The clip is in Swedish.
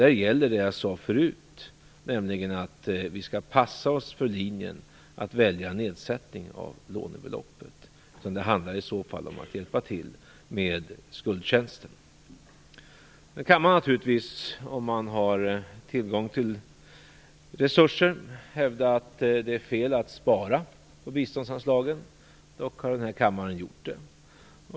Där gäller det som jag sade förut, nämligen att vi skall passa oss för linjen att välja nedsättning av lånebeloppet, eftersom det i så fall handlar om att hjälpa till med skuldtjänster. Nu kan man naturligtvis, om man har tillgång till resurser, hävda att det är fel att spara på biståndsanslagen. Dock har den här kammaren gjort det.